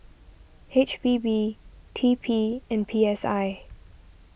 H P B T P and P S I